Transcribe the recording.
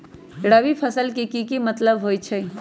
रबी फसल के की मतलब होई छई?